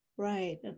Right